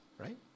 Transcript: right